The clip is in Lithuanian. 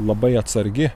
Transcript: labai atsargi